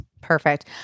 Perfect